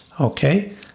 Okay